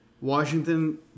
Washington